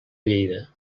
lleida